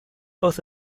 both